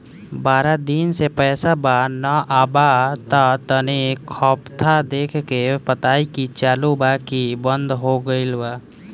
बारा दिन से पैसा बा न आबा ता तनी ख्ताबा देख के बताई की चालु बा की बंद हों गेल बा?